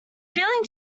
feeling